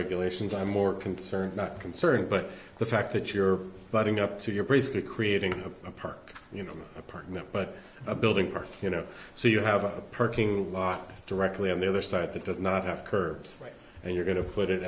regulations i'm more concerned not concerned but the fact that you're butting up to your place be creating a park you know apartment but a building or you know so you have a perking lot directly on the other side that does not have curves and you're going to put it